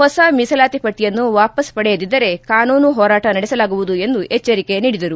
ಹೊಸ ಮೀಸಲಾತಿ ಪಟ್ಟಿಯನ್ನು ವಾಪಾಸ್ ಪಡೆಯದಿದ್ದರೆ ಕಾನೂನು ಹೋರಾಟ ನಡೆಸಲಾಗುವುದು ಎಂದು ಎಚ್ಚರಿಕೆ ನೀಡಿದರು